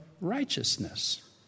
righteousness